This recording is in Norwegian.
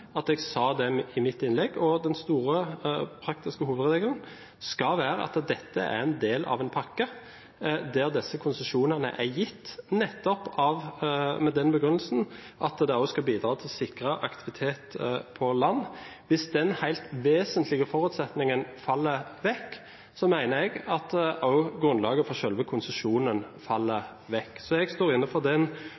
at jeg sa det i mitt innlegg. Og den store, praktiske hovedregelen skal være at dette er en del av en pakke, der disse konsesjonene er gitt nettopp med den begrunnelsen at det også skal bidra til å sikre aktivitet på land. Hvis den helt vesentlige forutsetningen faller vekk, mener jeg at også grunnlaget for selve konsesjonen faller